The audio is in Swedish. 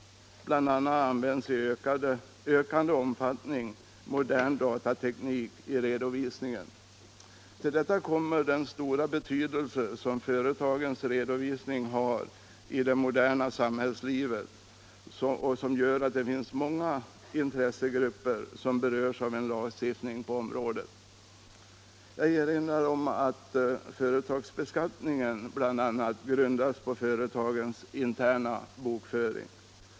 BI. a. används i ökande omfattning modern datateknik i redovisningen. Till detta kommer den stora betydelse som företagens redovisning har i det moderna samhällslivet och som gör att det finns många intressegrupper som berörs av lagstiftningen på området. Jag erinrar om att bl.a. företagsbeskattningen grundas på företagens interna bokföring.